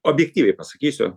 objektyviai pasakysiu